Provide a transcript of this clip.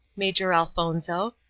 major elfonzo,